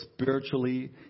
spiritually